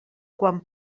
quan